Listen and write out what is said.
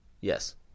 Yes